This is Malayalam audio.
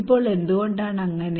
ഇപ്പോൾ എന്തുകൊണ്ടാണ് അങ്ങനെ